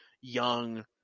young